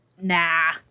nah